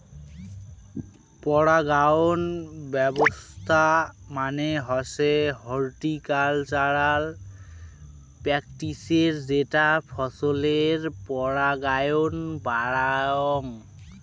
পরাগায়ন ব্যবছস্থা মানে হসে হর্টিকালচারাল প্র্যাকটিসের যেটা ফছলের পরাগায়ন বাড়াযঙ